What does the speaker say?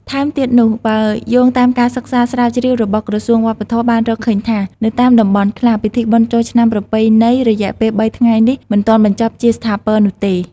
ថែមទៀតនោះ បើយោងតាមការសិក្សាស្រាវជ្រាវរបស់ក្រសួងវប្បធម៌បានរកឃើញថា នៅតាមតំបន់ខ្លះ ពិធីបុណ្យចូលឆ្នាំប្រពៃណីរយៈពេល ៣ ថ្ងៃនេះ មិនទាន់បញ្ចប់ជាស្ថាពរនោះទេ។